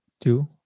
two